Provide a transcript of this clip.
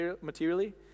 materially